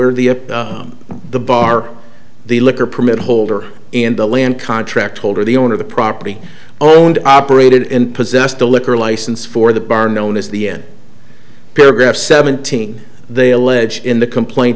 were the on the bar the liquor permit holder in the land contract holder the owner of the property owned operated in possessed a liquor license for the bar known as the n paragraph seventeen they allege in the complaint